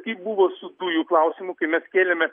kaip buvo su dujų klausimu kai mes kėlėme